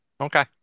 Okay